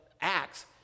Acts